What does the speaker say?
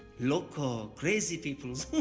loco, crazy peoples.